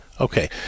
Okay